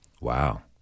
Wow